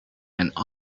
and